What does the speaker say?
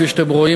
כפי שאתם רואים,